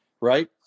right